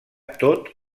tot